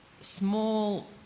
small